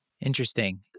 Interesting